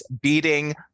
beating